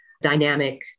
dynamic